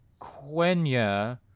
Quenya